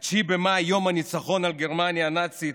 9 במאי, יום הניצחון על גרמניה הנאצית,